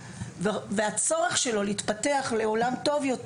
והצורך שלו להתפתח לעולם טוב יותר.